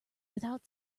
without